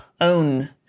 own